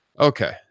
Okay